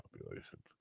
Population